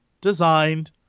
designed